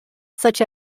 such